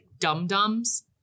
dum-dums